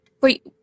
Wait